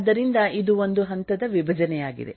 ಆದ್ದರಿಂದ ಇದು ಒಂದು ಹಂತದ ವಿಭಜನೆಯಾಗಿದೆ